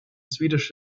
swedish